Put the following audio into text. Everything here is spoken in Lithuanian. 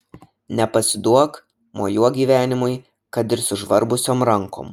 nepasiduok mojuok gyvenimui kad ir sužvarbusiom rankom